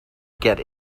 get